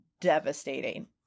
devastating